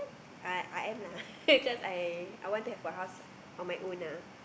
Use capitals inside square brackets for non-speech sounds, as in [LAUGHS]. I I am lah [LAUGHS] because I I want to have a house on my own lah